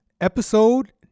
episode